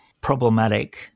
problematic